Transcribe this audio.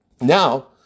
Now